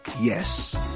yes